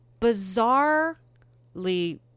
bizarrely